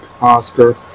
Oscar